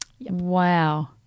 Wow